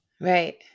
Right